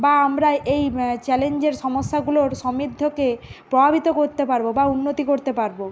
বা আমরা এই চ্যালেঞ্জের সমস্যাগুলোর সমৃদ্ধকে প্রভাবিত করতে পারবো বা উন্নতি করতে পারবো